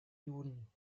juden